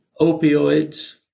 opioids